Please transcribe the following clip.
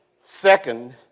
Second